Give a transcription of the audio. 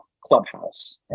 Clubhouse